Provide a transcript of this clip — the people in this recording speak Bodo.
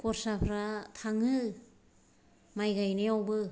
खरसाफ्रा थाङो माइ गायनायावबो